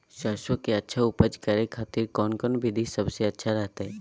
सरसों के अच्छा उपज करे खातिर कौन कौन विधि सबसे अच्छा रहतय?